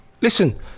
listen